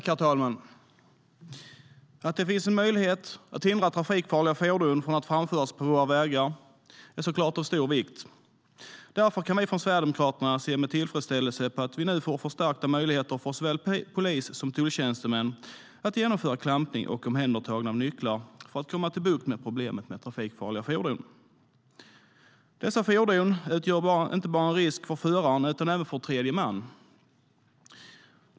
Herr talman! Det är såklart av stor vikt att det finns en möjlighet att hindra trafikfarliga fordon från att framföras på våra vägar. Därför kan vi från Sverigedemokraterna se med tillfredsställelse på att vi nu får förstärkta möjligheter för såväl polis som tulltjänsteman att genomföra klampning och omhändertagande av nycklar för att få bukt med problemet med trafikfarliga fordon. Dessa fordon utgör inte bara en risk för föraren utan även för tredje man.